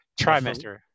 Trimester